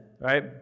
right